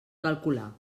calcular